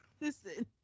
Listen